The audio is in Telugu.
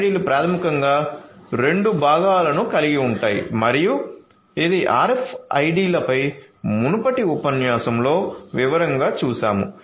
RFID లు ప్రాథమికంగా రెండు భాగాలను కలిగి ఉంటాయి మరియు ఇది RFID లపై మునుపటి ఉపన్యాసంలో వివరంగా చూశాము